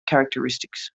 characteristics